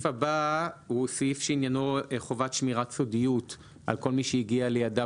הסעיף הבא הוא סעיף שעניינו חובת שמירת סודיות על כל מי שהגיע לידיו